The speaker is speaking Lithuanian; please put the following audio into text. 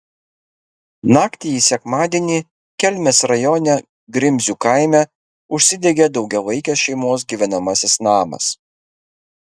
naktį į sekmadienį kelmės rajone grimzių kaime užsidegė daugiavaikės šeimos gyvenamasis namas